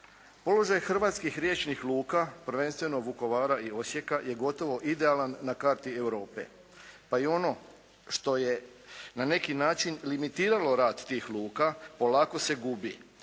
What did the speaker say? Položaj hrvatskih riječnih luka prvenstveno Vukovara i Osijeka je gotovo idealan na karti Europe pa i ono što je na neki način limitiralo rad tih luka, polako se gubi.